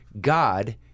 God